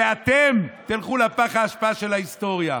ואתם תלכו לפח האשפה של ההיסטוריה.